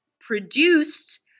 produced